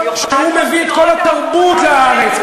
שהוא מביא את כל התרבות לארץ,